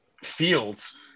field's